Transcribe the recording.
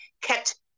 kept